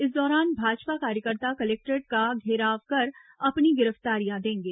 इस दौरान भाजपा कार्यकर्ता कलेक्टोरेट का घेराव कर अपनी गिरफ्तारियां देंगे